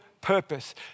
purpose